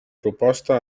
proposta